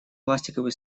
пластиковые